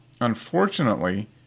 unfortunately